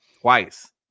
twice